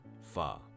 far